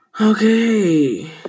Okay